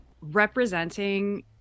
representing